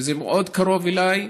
וזה מאוד קרוב אליי,